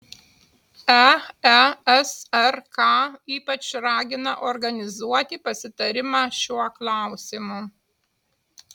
eesrk ypač ragina organizuoti pasitarimą šiuo klausimu